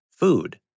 food